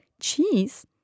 cheese